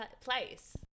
place